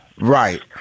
Right